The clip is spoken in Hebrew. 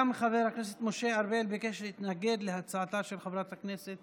גם חבר הכנסת משה ארבל ביקש להתנגד להצעתה של חברת הכנסת